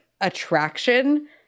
attraction